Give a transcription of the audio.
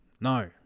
No